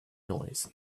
noise